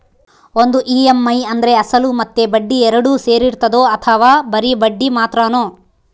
ಒಂದು ಇ.ಎಮ್.ಐ ಅಂದ್ರೆ ಅಸಲು ಮತ್ತೆ ಬಡ್ಡಿ ಎರಡು ಸೇರಿರ್ತದೋ ಅಥವಾ ಬರಿ ಬಡ್ಡಿ ಮಾತ್ರನೋ?